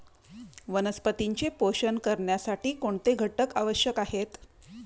वनस्पतींचे पोषण करण्यासाठी कोणते घटक आवश्यक आहेत?